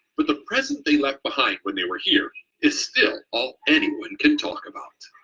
but the present they left behind when they were here is still all anyone can talk about.